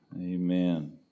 Amen